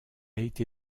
été